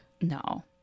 No